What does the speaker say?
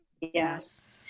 yes